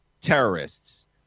terrorists